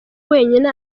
wenyine